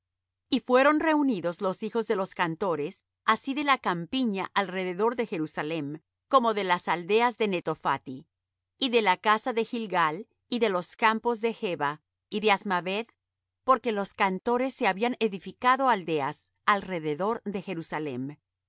y fueron reunidos los hijos de los cantores así de la campiña alrededor de jerusalem como de las aldeas de netophati y de la casa de gilgal y de los campos de geba y de azmaveth porque los cantores se habían edificado aldeas alrededor de jerusalem